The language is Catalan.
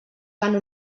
fan